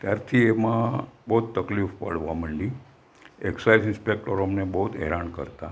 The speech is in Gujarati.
ત્યારથી એમાં બહુ જ તકલીફ પડવા મંડી એક્સાઇઝ ઇન્સ્પેક્ટરો અમને બહુ જ હેરાન કરતા